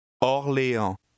Orléans